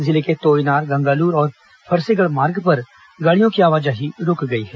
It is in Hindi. जिले के तोयनार गंगालूर और फरसेगढ़ मार्ग पर गाड़ियों की आवाजाही रूक गई है